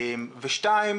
ודבר שני,